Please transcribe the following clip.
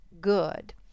good